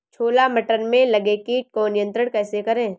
छोला मटर में लगे कीट को नियंत्रण कैसे करें?